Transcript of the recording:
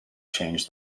change